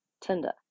Tinder